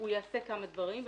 הוא יעשה כמה דברים,